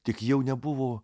tik jau nebuvo